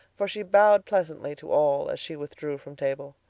for she bowed pleasantly to all as she withdrew from table.